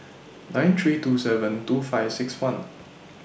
nine three two seven two five six one